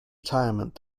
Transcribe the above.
retirement